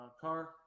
car